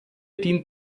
dient